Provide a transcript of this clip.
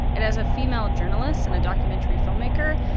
and as a female journalist and a documentary filmmaker,